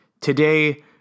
Today